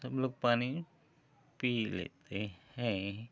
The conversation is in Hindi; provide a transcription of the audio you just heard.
सब लोग पानी पी लेते हैं